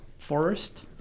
Forest